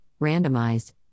randomized